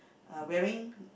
uh wearing